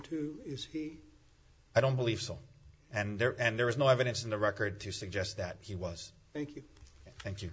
to i don't believe so and there and there is no evidence in the record to suggest that he was thank you thank you